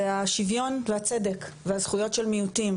השוויון והצדק והזכויות של מיעוטים,